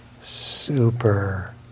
super